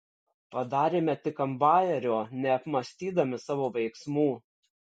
padarėme tik ant bajerio neapmąstydami savo veiksmų